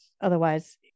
otherwise